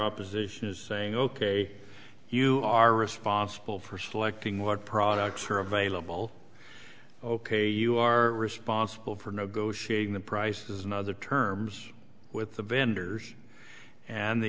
opposition is saying ok you are responsible for selecting what products are available ok you are responsible for negotiations the price is another terms with the vendors and the